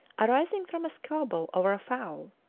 arising from a squabble over a fowl,